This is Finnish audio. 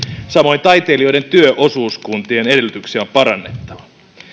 samoin taiteilijoiden työosuuskuntien edellytyksiä on parannettava